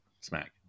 smack